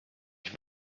ich